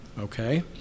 okay